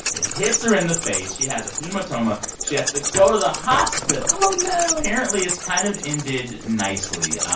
it hits her in the face. she has a hematoma. she has to go to the hospital oh, no apparently, it's kind of ended nicely.